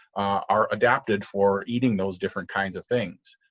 are adapted for eating those different kinds of things.